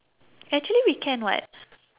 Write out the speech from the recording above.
actually we can [what]